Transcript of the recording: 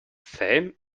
same